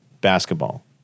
basketball